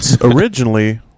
originally